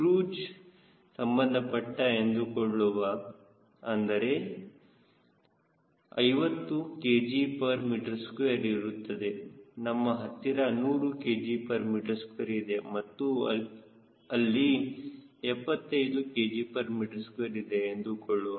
cruise ಸಂಬಂಧಪಟ್ಟಎಂದುಕೊಳ್ಳುವ ಅಂದರೆ ಅಂದರೆ 50 kgm2 ಇರುತ್ತದೆ ನಮ್ಮ ಹತ್ತಿರ 100 kgm2 ಇದೆ ಮತ್ತು ಎಲ್ಲಿ 75 kgm2 ಇದೆ ಎಂದುಕೊಳ್ಳುವ